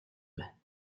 байна